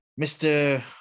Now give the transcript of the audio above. Mr